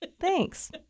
Thanks